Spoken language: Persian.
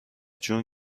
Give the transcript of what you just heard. جون